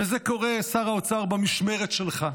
ושר האוצר, זה קורה במשמרת שלך.